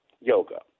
yoga